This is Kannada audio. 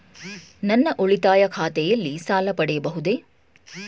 ನನ್ನ ಉಳಿತಾಯ ಖಾತೆಯಲ್ಲಿ ಸಾಲ ಪಡೆಯಬಹುದೇ?